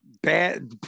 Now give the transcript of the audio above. Bad